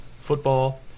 football